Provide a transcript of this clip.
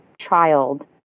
child